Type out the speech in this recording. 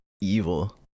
evil